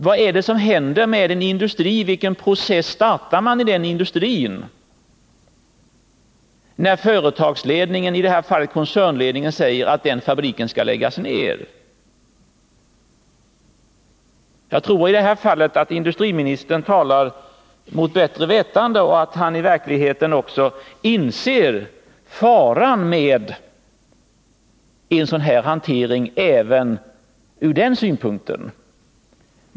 Vad är det som händer med en industri, vilken process startar man i den industrin, när företagsledningen — i de här fallet koncernledningen — säger att fabriken skall läggas ner? Jag tror att industriministern i det här fallet talar mot bättre vetande och att han i verkligheten också inser faran med en sådan här hantering även ur den synpunkten.